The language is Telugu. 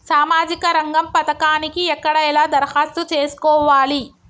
సామాజిక రంగం పథకానికి ఎక్కడ ఎలా దరఖాస్తు చేసుకోవాలి?